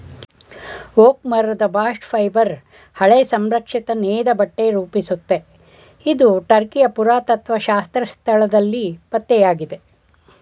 oak ಮರದ bast fibre ಹಳೆ ಸಂರಕ್ಷಿತ ನೇಯ್ದಬಟ್ಟೆ ರೂಪಿಸುತ್ತೆ ಇದು ಟರ್ಕಿಯ ಪುರಾತತ್ತ್ವಶಾಸ್ತ್ರ ಸ್ಥಳದಲ್ಲಿ ಪತ್ತೆಯಾಗಿದೆ